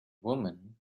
woman